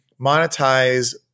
monetize